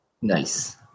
Nice